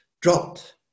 dropped